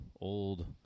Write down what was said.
old